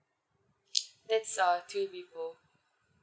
that's uh three people